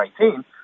2019